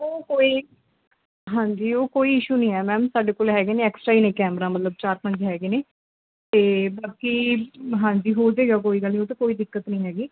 ਉਹ ਕੋਈ ਹਾਂਜੀ ਉਹ ਕੋਈ ਇਸ਼ੂ ਨਹੀਂ ਹੈ ਮੈਮ ਸਾਡੇ ਕੋਲ ਹੈਗੇ ਨੇ ਐਕਸਟਰਾ ਹੀ ਨੇ ਕੈਮਰਾ ਮਤਲਬ ਚਾਰ ਪੰਜ ਹੈਗੇ ਨੇ ਅਤੇ ਬਾਕੀ ਹਾਂਜੀ ਹੋ ਜੇਗਾ ਕੋਈ ਗੱਲ ਨਹੀਂ ਉਹ ਤਾਂ ਕੋਈ ਦਿੱਕਤ ਨਹੀਂ ਹੈਗੀ